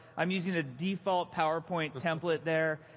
i'm using the default powerpoint template there.